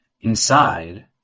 Inside